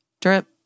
drip